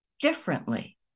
differently